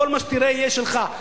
כל מה שתראה יהיה שלך.